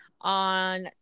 On